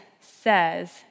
says